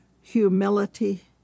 humility